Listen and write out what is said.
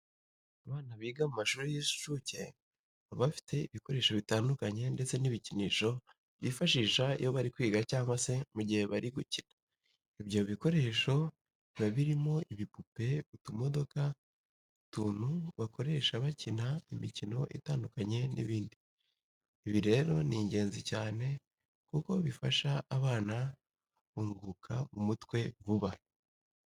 Abana biga mu mashuri y'incuke baba bafite ibikoresho bitandukanye ndetse n'ibikinisho bifashisha iyo bari kwiga cyangwa se mu gihe bari gukina. Ibyo bikoresho biba birimo, ibipupe, utumodoka, utuntu bakoresha bakina imikino itandukanye n'ibindi. Ibi rero ni ingenzi cyane kuko bifasha abana gufunguka mu mutwe vuba.